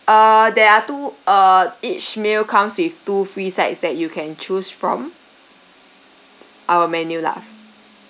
err there are two err each meal comes with two free sides that you can choose from our menu lah